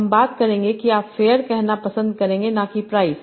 हम बात करेंगे कि आप फेयर कहना पसंद करेंगे ना की प्राइस